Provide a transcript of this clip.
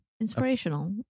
inspirational